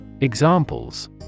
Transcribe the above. Examples